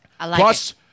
Plus